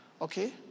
Okay